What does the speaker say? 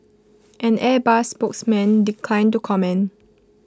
an airbus spokesman declined to comment